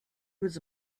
was